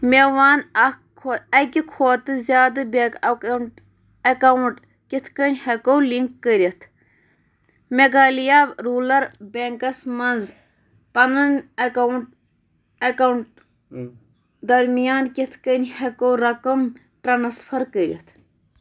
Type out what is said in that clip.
مےٚ ون اکھ کھۄ اَکہِ کھۄتہٕ زِیٛادٕ بینٛک اٮ۪کاونٹ اٮ۪کاونٹ کِتھ کٔنۍ ہٮ۪کو لِنک کٔرِتھ میگھالیا روٗلَر بیٚنٛکس مَنٛز پنُن اٮ۪کاونٹ اٮ۪کاونٹ درمیان کِتھ کٔنۍ ہٮ۪کو رقم ٹرٛانسفر کٔرِتھ